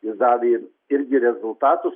jis davė irgi rezultatus